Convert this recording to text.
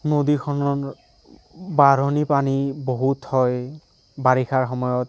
নদীখনত বাঢ়়নী পানী বহুত হয় বাৰিষাৰ সময়ত